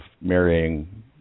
marrying